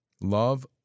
Love